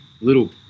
little